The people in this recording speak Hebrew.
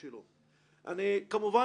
אנחנו כבר יודעים